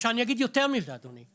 עכשיו אני אגיד יותר מזה, אדוני.